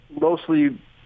mostly